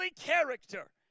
character